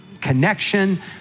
connection